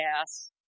gas